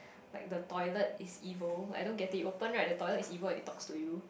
like the toilet is evil I don't get it open right the toilet is evil it talks to you